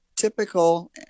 typical